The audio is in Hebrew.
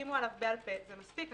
הסכימו בעל-פה, אפילו לא חתמו - זה מספיק.